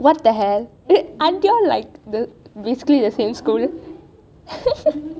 what the hell aren't you all basically the same school